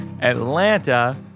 Atlanta